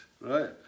right